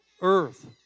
earth